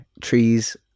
trees